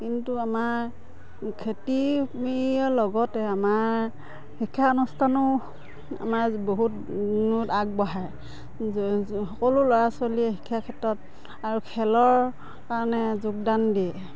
কিন্তু আমাৰ খেতিৰ লগতে আমাৰ শিক্ষানুষ্ঠানো আমাৰ বহুত উন্নত আগবঢ়া সকলো ল'ৰা ছোৱালীয়ে শিক্ষাৰ ক্ষেত্ৰত আৰু খেলৰ কাৰণে যোগদান দিয়ে